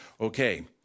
Okay